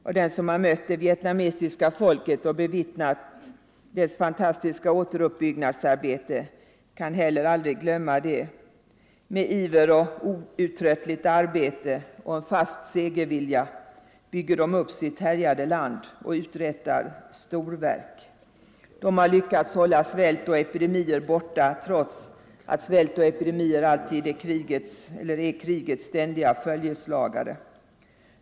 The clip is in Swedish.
Och den som har bevittnat det vietnamesiska folkets fantastiska återuppbyggnadsarbete kan heller aldrig glömma det. Med iver och outtröttligt arbete och en fast segervilja bygger människorna där upp sitt härjade land och uträttar storverk. De har lyckats hålla svält och epidemier borta trots att svält och epidemier är krigets ständiga följeslagare.